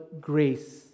grace